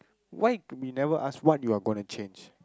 why we never ask what you are gonna change